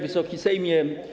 Wysoki Sejmie!